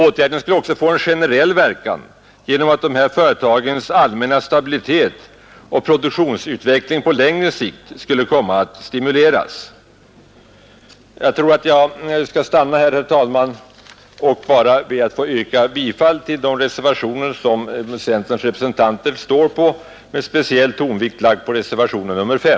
Åtgärden skulle också få en generell verkan genom att dessa företags allmänna stabilitet och produktionsutveckling på lång sikt skulle komma att stimuleras. Jag skall stanna här, herr talman, och bara yrka bifall till de reservationer som centerns representanter står för, med speciell tonvikt lagd på reservationen 5.